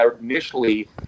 initially